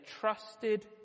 trusted